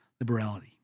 liberality